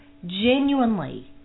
genuinely